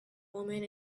woman